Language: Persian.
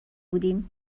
بودیم